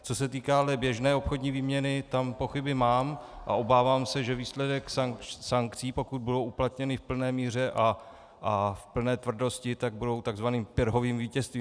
Co se týká běžné obchodní výměny, tam pochyby mám a obávám se, že výsledek sankcí, pokud budou uplatněny v plné míře a v plné tvrdosti, tak bude takzvaným Pyrrhovým vítězstvím.